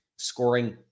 Scoring